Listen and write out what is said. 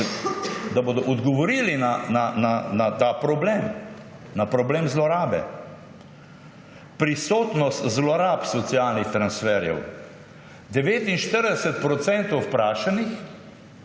da bodo odgovorili na ta problem, na problem zlorabe. Prisotnost zlorab socialnih transferjev: 49 % vprašanih,